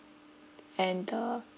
and the